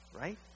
right